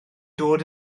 dod